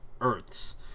earths